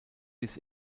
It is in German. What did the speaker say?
bis